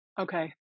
Okay